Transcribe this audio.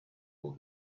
will